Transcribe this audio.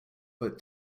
but